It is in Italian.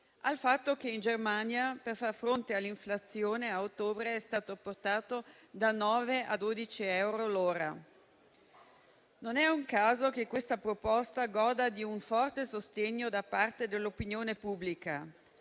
al fatto che in Germania, per far fronte all'inflazione, a ottobre è stato portato da 9 a 12 euro l'ora. Non è un caso che questa proposta goda di un forte sostegno da parte dell'opinione pubblica.